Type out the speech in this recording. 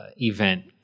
event